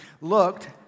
looked